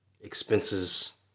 expenses